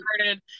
started